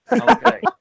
Okay